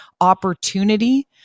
opportunity